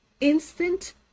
Instant